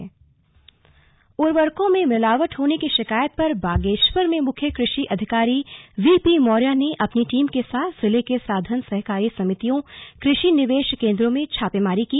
slug छापेमारी बागेश्वर उर्वरकों में मिलावट होने की शिकायत पर बागेश्वर में मुख्य कृषि अधिकारी वीपी मौर्या ने अपनी टीम के साथ जिले के साधन सहकारी समितियों कृषि निवेश केंद्रों में छापेमारी की